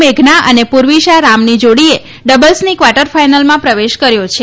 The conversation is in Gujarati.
મેઘના અને પૂર્વિશા રામની જાડીએ ડબલ્સની ક્વાર્ટર ફાઈનલમાં પ્રવેશ કર્યો છે